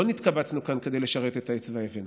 לא נתקבצנו כאן כדי לשרת את העץ ואבן,